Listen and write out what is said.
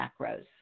macros